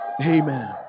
Amen